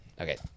okay